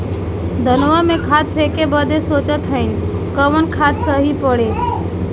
धनवा में खाद फेंके बदे सोचत हैन कवन खाद सही पड़े?